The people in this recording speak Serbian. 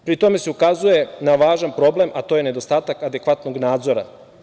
Pri tome se ukazuje na važan problem, a to je nedostatak adekvatnog nadzora.